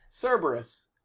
Cerberus